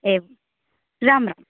एवम् राम् राम्